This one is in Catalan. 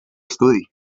estudi